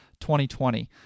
2020